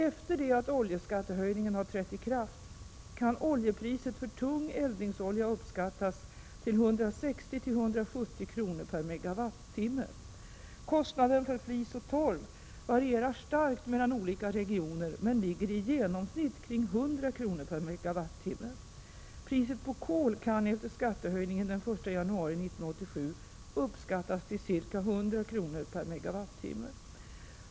Efter det att oljeskattehöjningen har trätt i kraft, kan oljepriset för tung eldningsolja uppskattas till 160-170 kr. MW. Priset på kol kan efter skattehöjningen den 1 januari 1987 uppskattas till ca 100 kr./MWh.